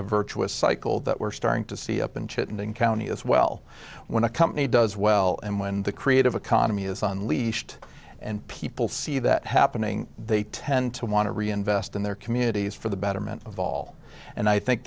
a virtuous cycle that we're starting to see up in chittenden county as well when a company does well and when the creative economy isn't leashed and people see that happening they tend to want to reinvest in their communities for the betterment of all and i think